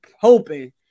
hoping